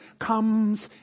comes